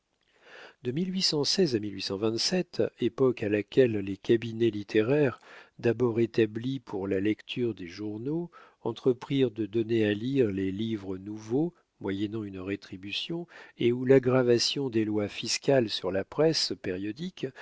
de à époque à laquelle les cabinets littéraires d'abord établis pour la lecture des journaux entreprirent de donner à lire les livres nouveaux moyennant une rétribution et où l'aggravation des lois fiscales sur la presse périodique